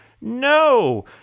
No